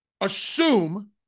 Assume